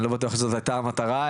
אני לא בטוח שזאת הייתה המטרה,